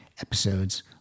episodes